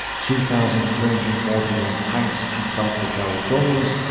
two thousand three hundred and forty one tanks and self-propelled guns,